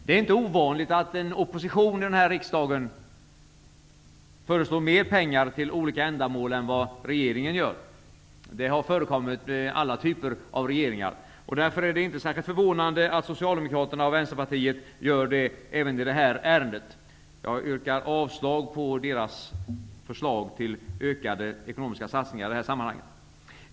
Det är inte ovanligt att en opposition i den här riksdagen föreslår mer pengar till olika ändamål än vad regeringen gör. Det har förekommit med alla typer av regeringar. Därför är det inte särskilt förvånande att Socialdemokraterna och Vänsterpartiet gör det även i det här ärendet. Jag yrkar avslag på deras förslag till ökade ekonomiska satsningar i det här sammanhanget.